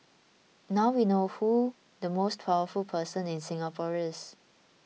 now we know who the most powerful person in Singapore is